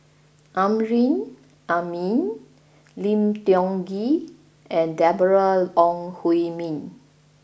Amrin Amin Lim Tiong Ghee and Deborah Ong Hui Min